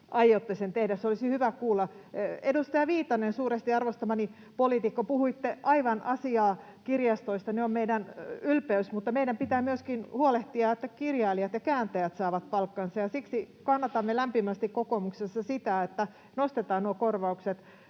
aiotte sen tehdä? Se olisi hyvä kuulla. Edustaja Viitanen, suuresti arvostamani poliitikko, puhuitte aivan asiaa kirjastoista. Ne ovat meidän ylpeys. Mutta meidän pitää myöskin huolehtia, että kirjailijat ja kääntäjät saavat palkkansa. Siksi kannatamme lämpimästi kokoomuksessa sitä, että nostetaan nuo korvaukset